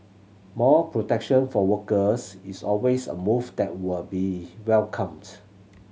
more protection for workers is always a move that will be welcomed